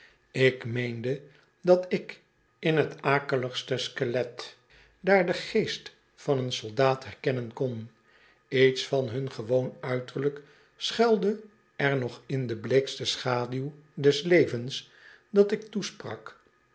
ik meende dat ik in t akeligste skelet daalden geest van een soldaat herkennen kon iets van hun gewoon uiterlijk schuilde er nog in de bleekste schaduw des levens dat ik toesprak